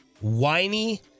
whiny